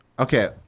Okay